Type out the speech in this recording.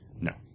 No